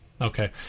Okay